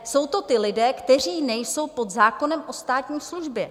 Jsou to ti lidé, kteří nejsou pod zákonem o státní službě.